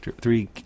three